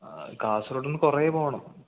കാസർഗൊഡിന്ന് കുറെ പോകണം